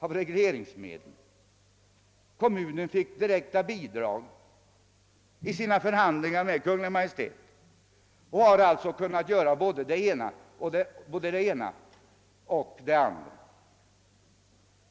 Jo, kommunen har som en följd av sina förhandlingar med Kungl. Maj:t fått direkta bidrag av regleringsmedeloch har alltså erhållit möjligheter att vidta åtgärder av olika slag.